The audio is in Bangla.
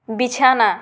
বিছানা